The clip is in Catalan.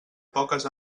poques